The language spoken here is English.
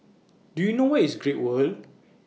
Do YOU know Where IS Great World